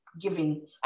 giving